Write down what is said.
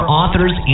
authors